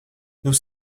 nous